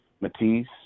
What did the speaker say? Matisse